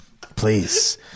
Please